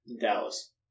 Dallas